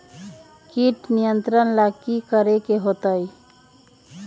किट नियंत्रण ला कि करे के होतइ?